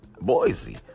Boise